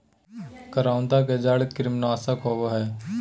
करौंदा के जड़ कृमिनाशक होबा हइ